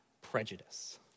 prejudice